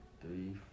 three